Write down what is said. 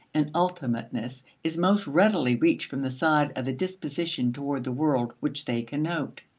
and ultimateness is most readily reached from the side of the disposition toward the world which they connote.